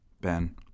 Ben